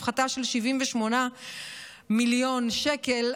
הפחתה של 78 מיליון שקל.